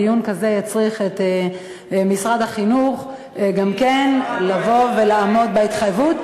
דיון כזה יצריך את משרד החינוך גם כן לבוא ולעמוד בהתחייבות,